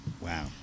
Wow